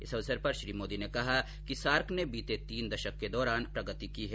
इस अवसर पर श्री मोदी ने कहा कि सार्क ने बीते तीन दशक के दौरान प्रगति की है